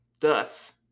Thus